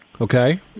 Okay